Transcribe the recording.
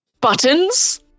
buttons